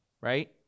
Right